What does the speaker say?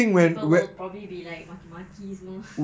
people will probably be like maki-maki semua